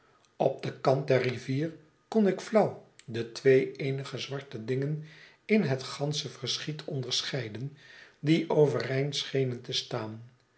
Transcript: op den kant der rivier kon ik flauw de twee eenige zwarte dingen in het gansche verschiet onderscheiden die overeind schenen te staan